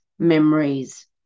Memories